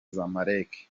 zamalek